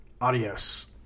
adios